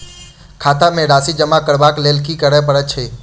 खाता मे राशि जमा करबाक लेल की करै पड़तै अछि?